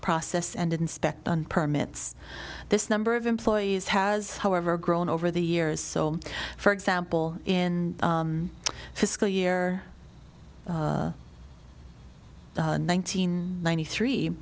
process and inspect on permits this number of employees has however grown over the years so for example in fiscal year nineteen ninety three